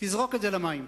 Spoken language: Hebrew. תזרוק את זה למים.